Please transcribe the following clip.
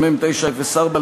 מ/904,